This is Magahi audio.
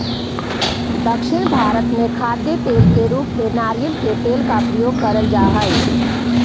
दक्षिण भारत में खाद्य तेल के रूप में नारियल के तेल का प्रयोग करल जा हई